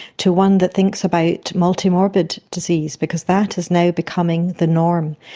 to one that thinks about multi-morbid disease, because that is now becoming the norm.